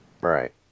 Right